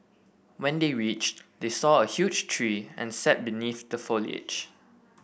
when they reached they saw a huge tree and sat beneath the foliage